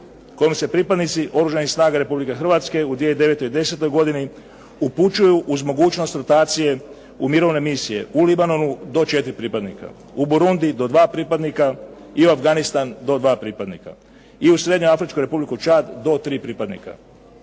kojom se pripadnici Oružanih snaga Republike Hrvatske u 2009. i 2010. godini upućuju uz mogućnost rotacije u mirovne misije u Libanonu do četiri pripadnika, u Borundiji do dva pripadnika i Afganistan do dva pripadnika. I u Srednje Afričku Republiku …/Govornik